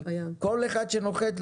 כל אחד שנוחת,